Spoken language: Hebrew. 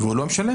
והוא לא משלם?